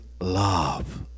love